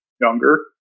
younger